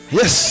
yes